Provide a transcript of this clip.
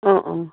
অঁ অঁ